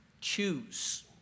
Choose